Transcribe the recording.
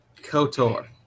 KOTOR